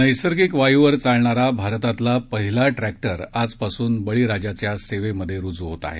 नैसर्गिक वायूवर चालणारा भारतातला पहिला ट्रेष्ठिर आजपासून बळीराजाच्या सेवेत रूजू होत आहे